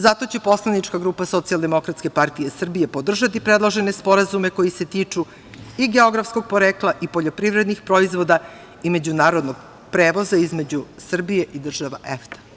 Zato će Poslanička grupa SDPS podržati predložene sporazume koji se tiču i geografskog porekla i poljoprivrednih proizvoda i međunarodnog prevoza između Srbije i država EFTA.